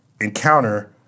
encounter